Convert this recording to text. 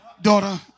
daughter